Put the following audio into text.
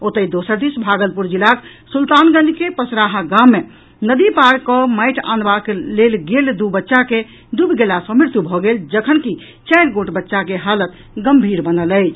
ओतहि दोसर दिस भागलपुर जिलाक सुल्तानगंज के पसराहा गाम मे नदी पार कऽ माटि आनबाक लेल गेल दू बच्चा के डूबि गेला सँ मृत्यु भऽ गेल जखन कि चारि गोट बच्चा के हालत गम्भीर बनल अछि